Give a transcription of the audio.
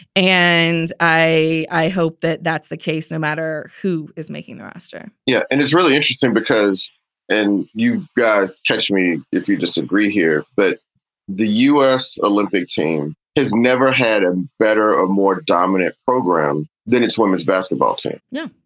and i i hope that that's the case no matter who is making the roster yeah and it's really interesting because and you guys catch me if you disagree here, but the u s. olympic team has never had a and better a more dominant program than its women's basketball team. yeah,